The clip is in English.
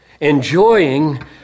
enjoying